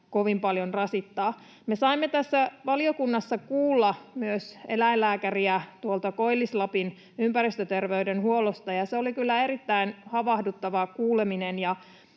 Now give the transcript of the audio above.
kovin paljon rasittaa. Me saimme tässä valiokunnassa kuulla myös eläinlääkäriä tuolta Koillis-Lapin ympäristöterveydenhuollosta, ja se oli kyllä erittäin havahduttava kuuleminen.